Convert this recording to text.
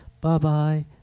bye-bye